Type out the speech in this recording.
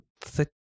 thick